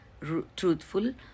truthful